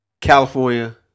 California